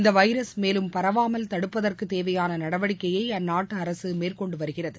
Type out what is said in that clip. இந்தவைரஸ் மேலும் பரவாமல் தடுப்பதற்குதேவையானநடவடிக்கையைஅந்நாட்டுஅரசுமேற்கொண்டுவருகிறது